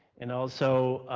and also, ah